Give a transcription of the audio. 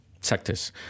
sectors